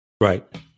Right